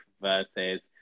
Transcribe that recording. versus